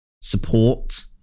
support